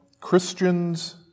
Christians